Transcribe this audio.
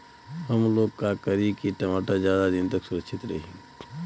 हमलोग का करी की टमाटर ज्यादा दिन तक सुरक्षित रही?